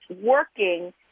working